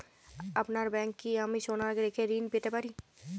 আপনার ব্যাংকে কি আমি সোনা রেখে ঋণ পেতে পারি?